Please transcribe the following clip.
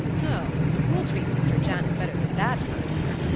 oh! we'll treat sister janet better than that, my dear,